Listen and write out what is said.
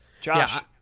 Josh